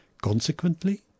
Consequently